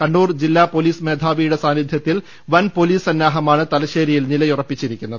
കണ്ണൂർ ജില്ലാ പൊലീസ് മേധാവിയുടെ സാന്നിധ്യത്തിൽ വൻപൊലീസ് സന്നാഹമാണ് തലശ്ശേരിയിൽ നിലയുറപ്പിച്ചിരിക്കുന്നത്